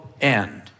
end